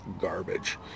garbage